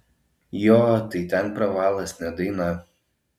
jo tai ten pravalas ne daina